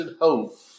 hope